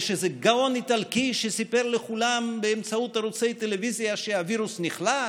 יש איזה גאון איטלקי שסיפר לכולם באמצעות ערוצי טלוויזיה שהווירוס נחלש,